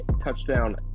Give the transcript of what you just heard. touchdown